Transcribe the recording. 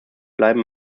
bleiben